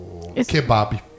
kebab